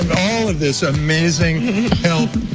all of this amazing help.